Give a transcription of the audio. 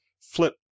flip